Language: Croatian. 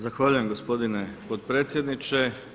Zahvaljujem gospodine potpredsjedniče.